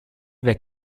weg